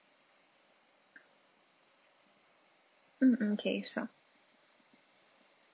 mm mm okay sure